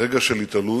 רגע של התעלות,